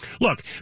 Look